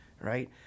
Right